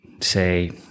say